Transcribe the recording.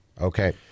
Okay